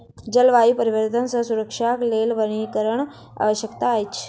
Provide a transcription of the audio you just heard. जलवायु परिवर्तन सॅ सुरक्षाक लेल वनीकरणक आवश्यकता अछि